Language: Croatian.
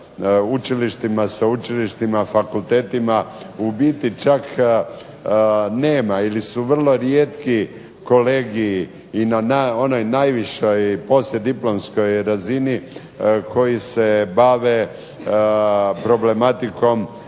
učilištima, sveučilištima, fakultetima u biti čak nema ili su vrlo rijetki kolegiji i na onoj najvišoj poslijediplomskoj razini koji se bave problematikom